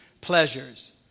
pleasures